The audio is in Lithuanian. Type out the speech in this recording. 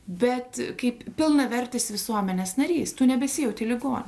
bet kaip pilnavertis visuomenės narys tu nebesijauti ligoniu